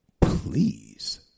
Please